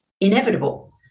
inevitable